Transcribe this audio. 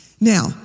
Now